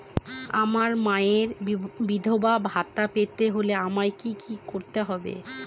আমার মায়ের বিধবা ভাতা পেতে হলে আমায় কি কি করতে হবে?